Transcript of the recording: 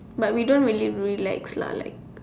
but we don't really relax lah like